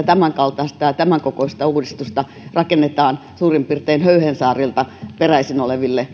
tämän kaltaista ja tämän kokoista uudistusta rakennetaan suurin piirtein höyhensaarilta peräisin oleville